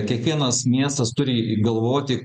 kiekvienas miestas turi galvoti